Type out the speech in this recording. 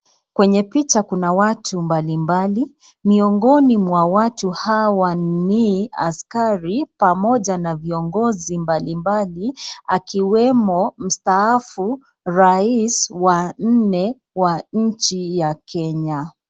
Kwenye picha kuna watu mbali mbali, miongoni ya watu hawa ni, askari pamoja na viongozi mbali mbali akiwemo mstaafu Rais wa nne wa nchi ya Kenya.